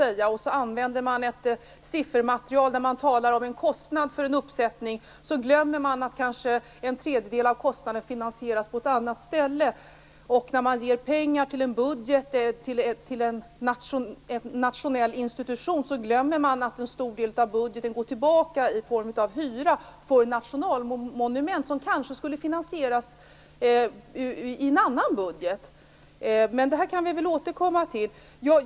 Man använder ett siffermaterial där man talar om en kostnad för en uppsättning, men där man glömmer att kanske en tredjedel av kostnaden finansieras på ett annat ställe. När man ger pengar till en budget för en nationell institution glömmer man att en stor del av budgeten går tillbaka i form av hyra för nationalmonument som kanske skulle finansieras i en annan budget. Men det här kan vi återkomma till.